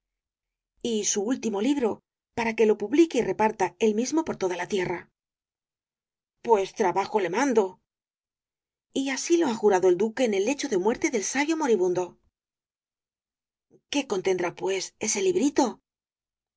y su último libro para que lo publique y reparta él mismo por toda la tierra pues trabajo le mando y así lo ha jurado el duque en el lecho de muerte del sabio moribundo el caballero de las botas azules qué contendrá pues ese librito